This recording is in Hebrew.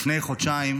לפני חודשיים